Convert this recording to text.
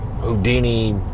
Houdini